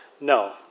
no